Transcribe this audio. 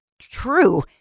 true